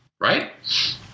Right